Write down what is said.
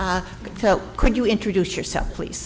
so could you introduce yourself please